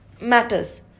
matters